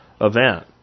event